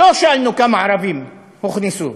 לא שאלנו כמה ערבים הוכנסו.